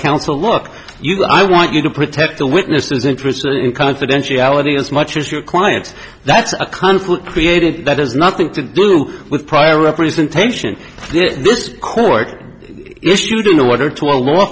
counsel look you i want you to protect the witnesses interest in confidentiality as much as your client that's a conflict created that has nothing to do with prior representation the court issued an order to a law